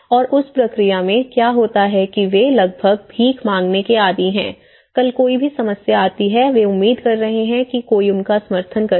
और उस प्रक्रिया में क्या होता है कि वे लगभग भीख मांगने के आदी हैं कल कोई भी समस्या आती है वे उम्मीद कर रहे हैं कि कोई उनका समर्थन करेगा